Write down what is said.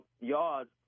yards